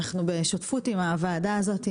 אנחנו בשותפות עם הוועדה הזאת.